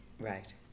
Right